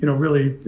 you know really,